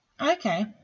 Okay